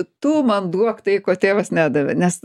tu man duok tai ko tėvas nedavė nes